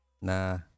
Nah